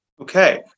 Okay